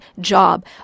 job